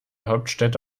hauptstädte